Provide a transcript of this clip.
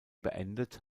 beendet